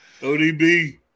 ODB